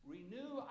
Renew